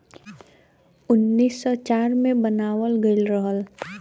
उन्नीस सौ चार मे बनावल गइल रहल